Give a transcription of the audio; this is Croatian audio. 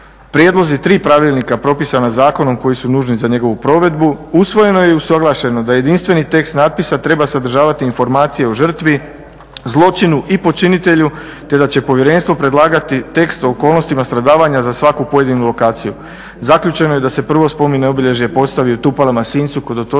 prijedlozi 3 pravilnika propisana zakonom koji su nužni za njegovu provedbu, usvojeno je i usuglašeno da jedinstveni tekst natpisa treba sadržavati informacije o žrtvi, zločinu i počinitelju te da će povjerenstvo predlagati tekst o okolnostima stradavanja za svaku pojedinu lokaciju. Zaključeno je da se prvo spomen obilježje postavi u Tupalama sincu kod Otočca